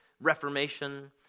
reformation